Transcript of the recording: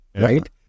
Right